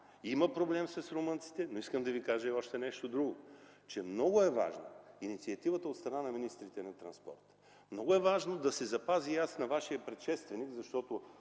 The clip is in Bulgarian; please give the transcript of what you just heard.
има проблем с румънците, но искам да Ви кажа и нещо друго. Много е важна инициативата от страна на министрите на транспорта, много е важно да се запази (основно Вашият предшественик